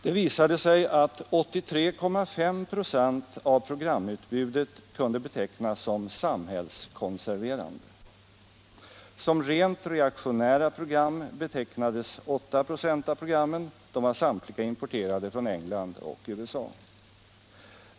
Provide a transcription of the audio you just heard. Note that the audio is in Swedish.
Det visar sig att 83,5 96 av programutbudet kunde betecknas som samhällskonserverande. Som rent reaktionära program betecknades 8 96 av programmen -— de var samtliga importerade från England och USA.